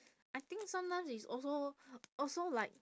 I think sometimes it's also also like